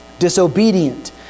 disobedient